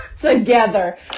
together